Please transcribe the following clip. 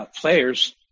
players